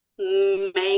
make